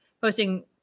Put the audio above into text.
posting